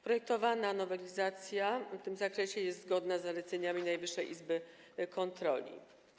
Projektowana nowelizacja w tym zakresie jest zgodna z zaleceniami Najwyższej Izby Kontroli.